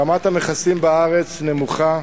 רמת המכסים בארץ נמוכה.